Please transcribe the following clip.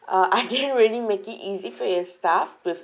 uh I didn't really make it easy for your staff with